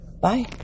Bye